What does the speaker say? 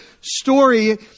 story